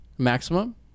maximum